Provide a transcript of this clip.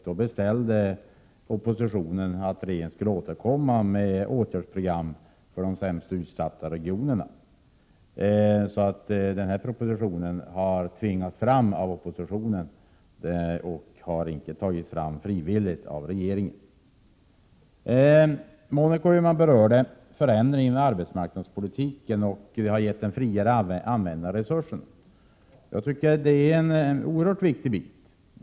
Då krävde oppositionen att regeringen skulle återkomma med åtgärdsprogram för de sämst utsatta regionerna. Propositionen har alltså tvingats fram av oppositionen och inte tagits fram godvilligt av regeringen. Monica Öhman berörde förändringen av arbetsmarknadspolitiken och den friare användningen av resurserna. Det är en oerhört viktig del.